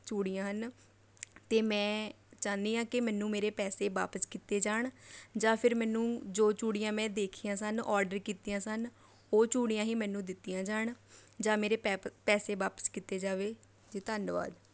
ਚੂੜੀਆਂ ਹਨ ਅਤੇ ਮੈਂ ਚਾਹੁੰਦੀ ਹਾਂ ਕਿ ਮੈਨੂੰ ਮੇਰੇ ਪੈਸੇ ਵਾਪਸ ਕੀਤੇ ਜਾਣ ਜਾਂ ਫਿਰ ਮੈਨੂੰ ਜੋ ਚੂੜੀਆਂ ਮੈਂ ਦੇਖੀਆਂ ਸਨ ਔਡਰ ਕੀਤੀਆਂ ਸਨ ਉਹ ਚੂੜੀਆਂ ਹੀ ਮੈਨੂੰ ਦਿੱਤੀਆਂ ਜਾਣ ਜਾਂ ਮੇਰੇ ਪੈਪ ਪੈਸੇ ਵਾਪਸ ਕੀਤੇ ਜਾਵੇ ਜੀ ਧੰਨਵਾਦ